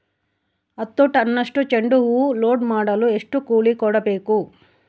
ಹತ್ತು ಟನ್ನಷ್ಟು ಚೆಂಡುಹೂ ಲೋಡ್ ಮಾಡಲು ಎಷ್ಟು ಕೂಲಿ ಕೊಡಬೇಕು?